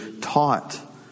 taught